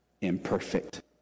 imperfect